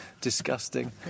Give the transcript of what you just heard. disgusting